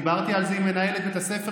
אני דיברתי על זה עם מנהלת בית הספר.